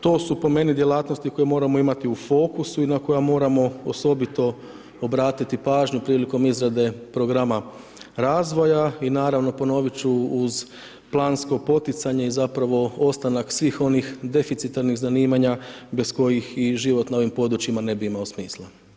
To su po meni djelatnosti koje moramo imati u fokusu i na koja moramo osobito obrati pažnju prilikom izrade programa razvoja i naravno ponovit ću uz plansko poticanje i zapravo ostanak svih onih deficitarnih zanimanja bez kojih i život na ovim područjima ne bi imao smisla.